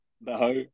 No